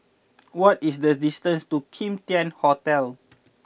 what is the distance to Kim Tian Hotel